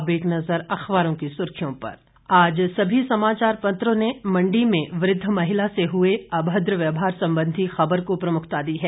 अब एक नज़र अखबारों की सुर्खियों पर आज सभी समाचार पत्रों ने मंडी में वृद्ध महिला से हुए अभद्र व्यवहार संबंधी की खबर को प्रमुखता दी है